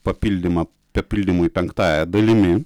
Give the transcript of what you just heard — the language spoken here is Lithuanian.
papildymą papildymui penktąja dalimi